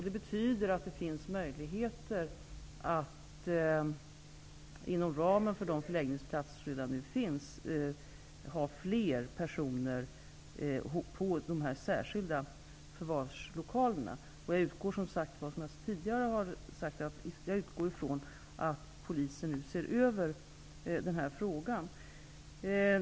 Det betyder att det finns möjligheter att inom ramen för de förläggningsplatser som finns ha fler personer i de särskilda förvarslokalerna. Som jag tidigare har sagt utgår jag ifrån att Polisen nu ser över den här frågan.